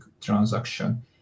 transaction